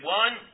one